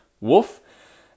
Wolf